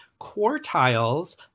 quartiles